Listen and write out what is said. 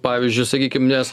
pavyzdžiui sakykim nes